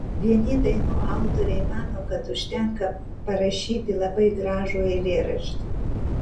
vieni dainų autoriai mano kad užtenka parašyti labai gražų eilėraštį